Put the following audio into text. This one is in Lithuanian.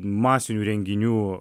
masinių renginių